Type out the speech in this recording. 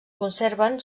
conserven